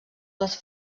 les